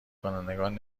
کنندگان